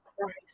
Christ